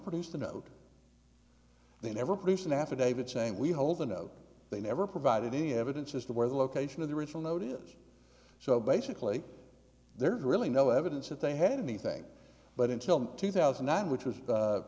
produced a note they never produced an affidavit saying we hold a note they never provided any evidence as to where the location of the original note is so basically there's really no evidence that they had anything but until two thousand and nine which was